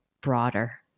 broader